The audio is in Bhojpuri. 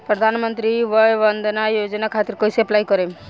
प्रधानमंत्री वय वन्द ना योजना खातिर कइसे अप्लाई करेम?